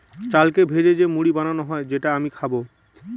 চালকে ভেজে যে মুড়ি বানানো হয় যেটা আমি খাবো